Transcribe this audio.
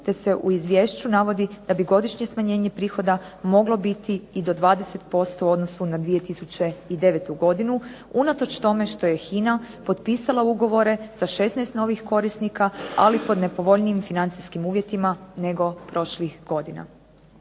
te se u izvješću navodi da bi godišnje smanjenje prihoda moglo biti i do 20% u odnosu na 2009. godinu unatoč tome što je HINA potpisala ugovore sa 16 novih korisnika, ali pod nepovoljnijim financijskim uvjetima nego prošlih godina.